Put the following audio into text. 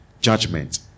judgment